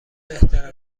بهتر